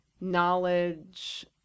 knowledge